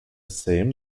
same